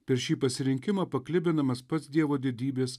per šį pasirinkimą paklibinamas pats dievo didybės